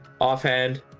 offhand